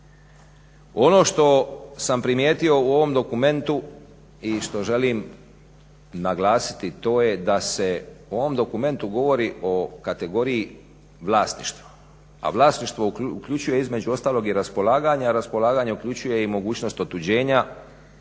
Ono što sam primijetio u ovom dokumentu i što želim naglasiti to je da se u ovom dokumentu govori o kategoriji vlasništva, a vlasništvo uključuje između ostalog i raspolaganje, a raspolaganje uključuje i mogućnost otuđenja